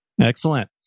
Excellent